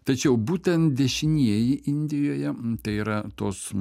tačiau būtent dešinieji indijoje tai yra tos